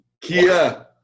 Kia